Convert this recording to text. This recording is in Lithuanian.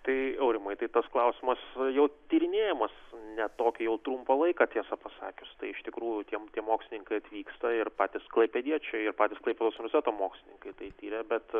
tai aurimai tai tas klausimas jau tyrinėjamas ne tokį jau trumpą laiką tiesą pasakius tai iš tikrųjų tie tie mokslininkai atvyksta ir patys klaipėdiečiai ir patys klaipėdos universiteto mokslininkai tai tiria bet